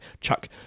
Chuck